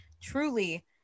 truly